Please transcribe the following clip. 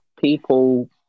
people